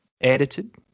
edited